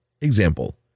Example